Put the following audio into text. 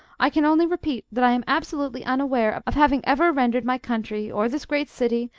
i can only repeat that i am absolutely unaware of having ever rendered my country, or this great city,